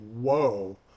whoa